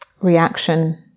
reaction